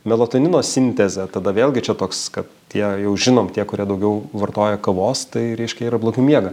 melatonino sintezę tada vėlgi čia toks ka tie jau žinom tie kurie daugiau vartoja kavos tai reiškia ir blogiau miega